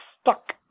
stuck